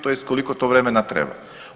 Tj. koliko to vremena treba.